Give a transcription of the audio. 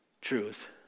truth